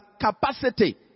capacity